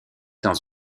dans